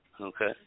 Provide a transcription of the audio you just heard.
okay